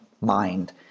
mind